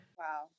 Wow